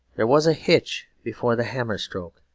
there was a hitch before the hammer stroke,